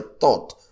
thought